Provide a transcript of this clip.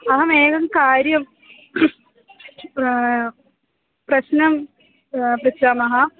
अहमेकं कार्यं प्रश्नं पृच्छामि